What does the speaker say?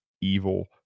evil